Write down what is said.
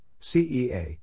CEA